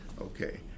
Okay